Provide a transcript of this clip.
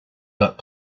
got